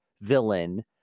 villain